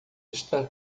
está